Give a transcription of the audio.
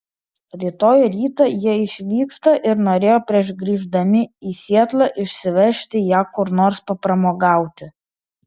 rytoj rytą jie išvyksta ir norėjo prieš grįždami į sietlą išsivežti ją kur nors papramogauti